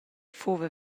fuva